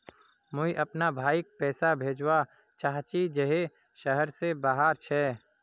मुई अपना भाईक पैसा भेजवा चहची जहें शहर से बहार छे